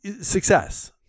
success